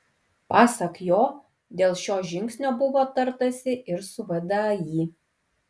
pasak jo dėl šio žingsnio buvo tartasi ir su vdai